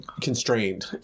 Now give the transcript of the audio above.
constrained